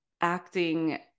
acting